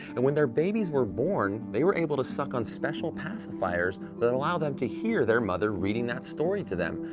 and when their babies were born, they were able to suck on special pacifiers that allowed them to hear their mother reading that story to them.